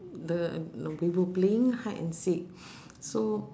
the no we were playing hide and seek so